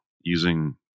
using